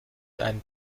ein